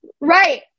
Right